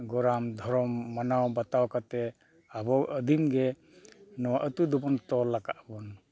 ᱜᱚᱨᱟᱢ ᱫᱷᱚᱨᱚᱢ ᱢᱟᱱᱟᱣ ᱵᱟᱛᱟᱣ ᱠᱟᱛᱮᱫ ᱟᱵᱚ ᱟᱹᱫᱤᱢ ᱜᱮ ᱱᱚᱣᱟ ᱟᱹᱛᱩ ᱫᱚᱵᱚᱱ ᱛᱚᱞ ᱟᱠᱟᱫ ᱟᱵᱚᱱ